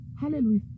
Hallelujah